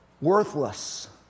worthless